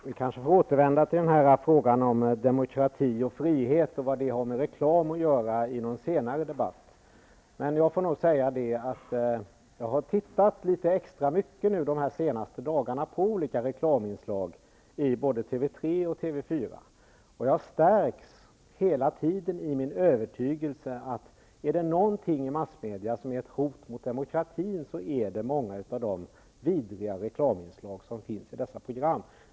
Herr talman! Vi kanske får återvända till frågan om demokrati och frihet och vad detta har med reklam att göra i någon senare debatt. Men jag får nog säga att jag de senaste dagarna tittat litet extra mycket på olika reklaminslag i både TV 3 och TV 4, och jag stärks hela tiden i min övertygelse att är det någonting i massmedia som är ett hot mot demokratin, så är det många av de vidriga reklaminslag som finns i dessa program.